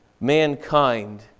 mankind